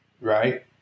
right